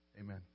amen